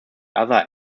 other